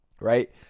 right